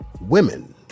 Women